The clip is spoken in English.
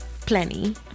plenty